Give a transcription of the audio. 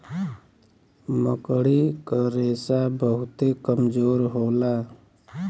मकड़ी क रेशा बहुते कमजोर होला